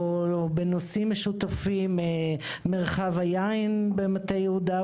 או מרחבים משותפים כדוגמת מרחב היין במטה יהודה.